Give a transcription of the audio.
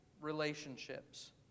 relationships